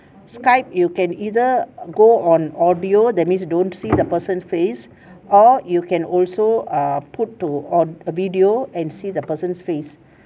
skype you can either go on audio that means don't see the person face or you can also err put to on a video and see the person's face